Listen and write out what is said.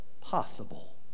possible